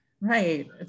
Right